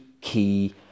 key